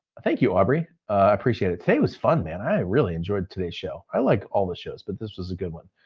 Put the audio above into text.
thank you aubriegh, i appreciate it. today was fun man, i really enjoyed today's show. i like all the shows but this was a good one.